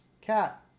Cat